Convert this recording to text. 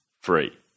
Free